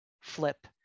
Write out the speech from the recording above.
flip